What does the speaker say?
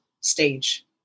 stage